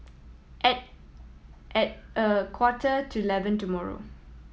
at a at a quarter to eleven tomorrow